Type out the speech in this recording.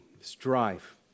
strife